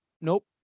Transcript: Nope